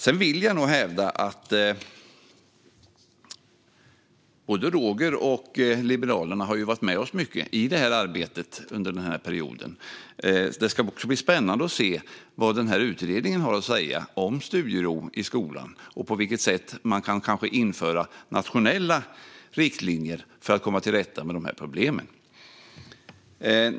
Sedan vill jag nog hävda att både Roger Haddad och Liberalerna har varit med oss i mycket av arbetet under den här perioden. Det ska också bli spännande att se vad utredningen har att säga om studieron i skolan och på vilket sätt man kanske kan införa nationella riktlinjer för att komma till rätta med problemen.